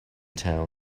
town